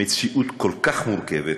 מציאות כל כך מורכבת.